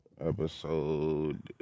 Episode